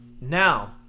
now